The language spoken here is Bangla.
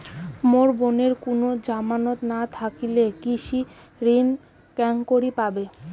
মোর বোনের কুনো জামানত না থাকিলে কৃষি ঋণ কেঙকরি পাবে?